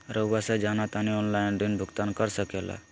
रहुआ से जाना तानी ऑनलाइन ऋण भुगतान कर सके ला?